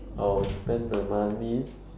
I will spend the money